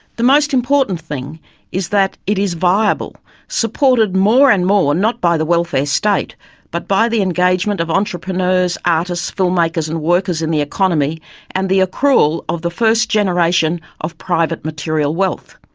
the most important thing is that it is viable, supported more and more not by the welfare state but by the engagement of entrepreneurs, artists, filmmakers and workers in the economy and the accrual of the first generation of private material wealth.